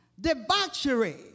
debauchery